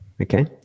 Okay